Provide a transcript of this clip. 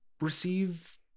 receive